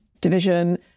division